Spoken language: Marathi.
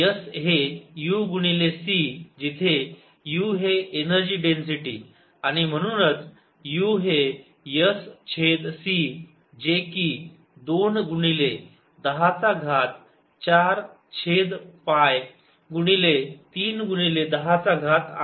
S हे u गुणिले c जिथे u हे एनर्जी डेन्सीटी आणि म्हणूनच u हे S छेद c जे कि 2 गुणिले 10 चा घात 4 छेद पाय गुणिले 3 गुणिले 10 चा घात 8